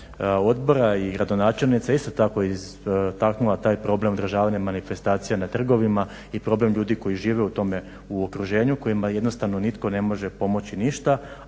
odbora i gradonačelnica isto tako istaknula taj problem održavanja manifestacija na trgovima i problem ljudi koji žive u tome okruženju, kojima jednostavno nitko ne može pomoći ništa,